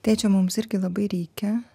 tėčio mums irgi labai reikia